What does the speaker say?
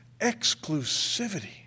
exclusivity